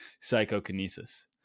psychokinesis